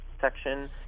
Section